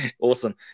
Awesome